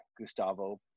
Gustavo